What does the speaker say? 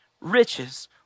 riches